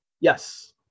yes